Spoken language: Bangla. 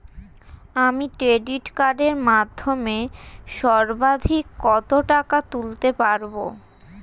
আমি ক্রেডিট কার্ডের মাধ্যমে সর্বাধিক কত টাকা তুলতে পারব?